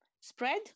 Spread